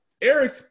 Eric